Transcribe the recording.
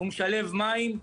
הוא משלב מים,